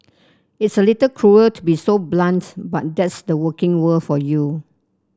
it's a little cruel to be so blunt but that's the working world for you